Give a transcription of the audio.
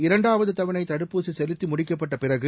இரண்டாவது தவணை தடுப்பூசி செலுத்தி முடிக்கப்பட்ட பிறகு